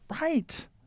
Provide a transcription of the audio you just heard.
Right